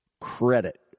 credit